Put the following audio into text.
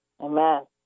Amen